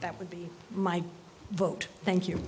that would be my vote thank you